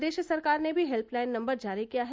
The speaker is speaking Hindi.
प्रदेश सरकार ने भी हेल्पलाइन नम्बर जारी किया है